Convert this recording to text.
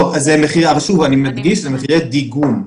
שוב אני מדגיש: זה מחירי דיגום.